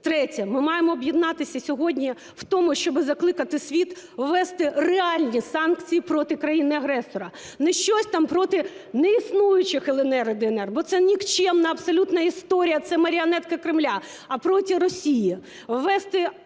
Третє. Ми маємо об'єднатися сьогодні в тому, щоб закликати світ ввести реальні санкції проти країни-агресора, не щось там проти неіснуючих "ЛНР" і "ДНР", бо нікчемна абсолютно історія, це маріонетка Кремля, а проти Росії.